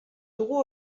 dugu